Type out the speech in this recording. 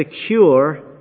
secure